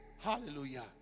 Hallelujah